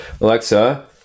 Alexa